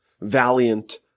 valiant